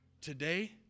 Today